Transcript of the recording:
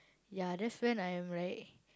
yeah that's when I'm like